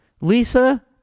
Lisa